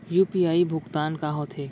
UPI भुगतान का होथे?